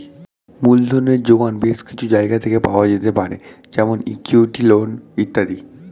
মূলধনের জোগান বেশ কিছু জায়গা থেকে পাওয়া যেতে পারে যেমন ইক্যুইটি, লোন ইত্যাদি